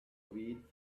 weed